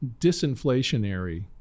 disinflationary